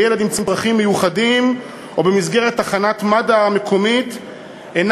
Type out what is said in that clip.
לילד עם צרכים מיוחדים או במסגרת תחנת מד"א המקומית אינה